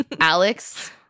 Alex